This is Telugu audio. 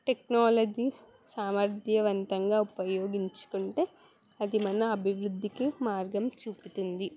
టెక్నాలజీ సమర్థవంతంగా ఉపయోగించుకుంటే అది మన అభివృద్ధికి మార్గం చూపుతుంది